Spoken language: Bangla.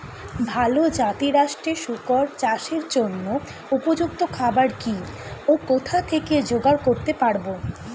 ভালো জাতিরাষ্ট্রের শুকর চাষের জন্য উপযুক্ত খাবার কি ও কোথা থেকে জোগাড় করতে পারব?